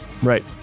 Right